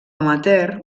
amateur